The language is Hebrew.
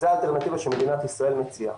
זאת האלטרנטיבה שמדינת ישראל מציעה.